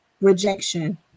rejection